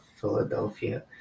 Philadelphia